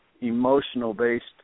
emotional-based